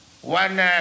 One